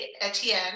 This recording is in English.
Etienne